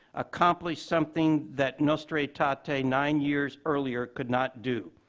accomplished something that nostra aetate ah aetate nine years earlier could not do,